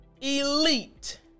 elite